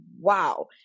wow